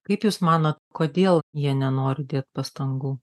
kaip jūs manot kodėl jie nenori dėt pastangų